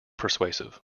persuasive